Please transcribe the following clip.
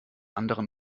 anderen